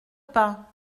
pas